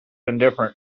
indifferent